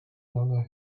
longer